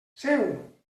seu